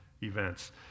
events